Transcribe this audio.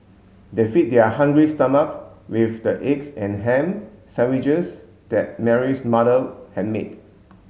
they fed their hungry stomach with the eggs and ham sandwiches that Mary's mother had made